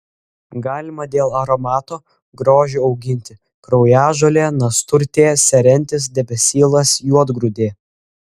galima dėl aromato grožio auginti kraujažolė nasturtė serentis debesylas juodgrūdė